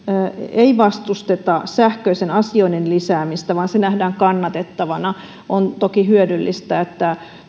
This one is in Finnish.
ei vastusteta sähköisen asioinnin lisäämistä vaan se nähdään kannatettavana on toki hyödyllistä että